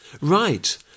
Right